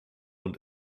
und